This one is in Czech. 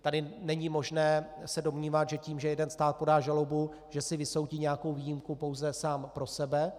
Tady není možné se domnívat, že tím, že jeden stát podá žalobu, že si vysoudí nějakou výjimku pouze sám pro sebe.